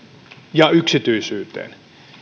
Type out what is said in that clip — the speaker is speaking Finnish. ja yksityisyyteen